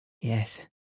Yes